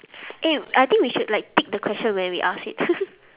eh I think we should like tick the question when we ask it